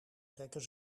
trekken